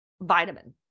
vitamin